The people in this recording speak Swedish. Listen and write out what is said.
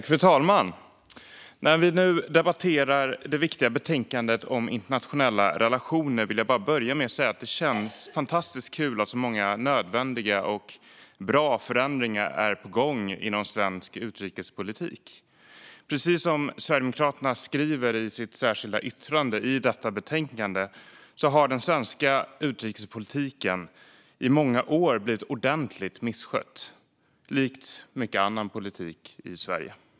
Fru talman! När vi nu debatterar det viktiga betänkandet om internationella relationer vill jag bara börja med att säga att det känns fantastiskt kul att så många nödvändiga och bra förändringar är på gång inom svensk utrikespolitik. Precis som Sverigedemokraterna skriver i sitt särskilda yttrande i detta betänkande har den svenska utrikespolitiken i många år blivit ordentligt misskött, likt mycket annan politik i Sverige.